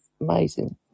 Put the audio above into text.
amazing